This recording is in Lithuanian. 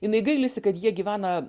jinai gailisi kad jie gyvena